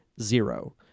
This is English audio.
zero